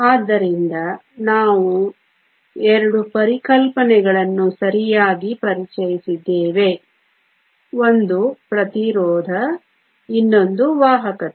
ಆದ್ದರಿಂದ ನಾವು ಎರಡು ಪರಿಕಲ್ಪನೆಗಳನ್ನು ಸರಿಯಾಗಿ ಪರಿಚಯಿಸಿದ್ದೇವೆ ಒಂದು ಪ್ರತಿರೋಧ ಇನ್ನೊಂದು ವಾಹಕತೆ